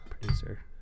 producer